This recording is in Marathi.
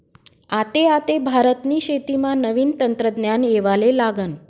आते आते भारतनी शेतीमा नवीन तंत्रज्ञान येवाले लागनं